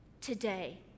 today